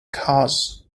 cause